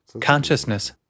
consciousness